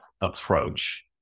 approach